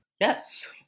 Yes